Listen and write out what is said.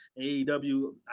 AEW